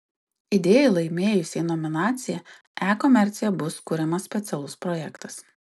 idėjai laimėjusiai nominaciją e komercija bus kuriamas specialus projektas